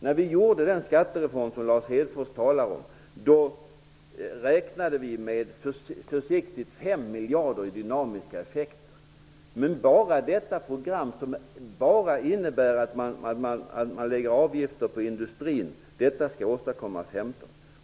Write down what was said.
När vi utformade den skattereform som Lars Hedfors talade om räknade vi försiktigt med 5 miljarder i dynamiska effekter. Men detta program, som bara innebär att avgifter läggs på industrin, skall åstadkomma 15 miljarder.